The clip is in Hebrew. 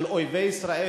של אויבי ישראל,